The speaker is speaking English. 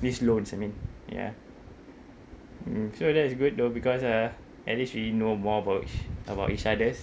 these loans I mean ya mm so that is good though because uh at least we know more about about each other's